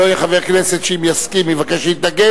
ואם לא יהיה חבר כנסת שאם יסכים יבקש להתנגד,